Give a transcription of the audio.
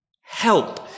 Help